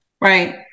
Right